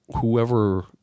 whoever